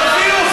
תודה רבה,